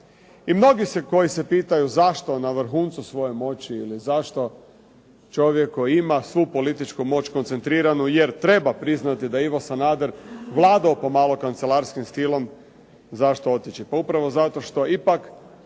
I mnogi koji se pitaju zašto na vrhuncu svoje moći ili zašto čovjek koji ima svu političku moć koncentriranu jer treba priznati da je Ivo Sanader vladao pomalo kancelarskim stilom zašto otići. Pa upravo zato što ipak